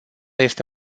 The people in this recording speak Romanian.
este